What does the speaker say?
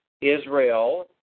Israel